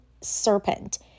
serpent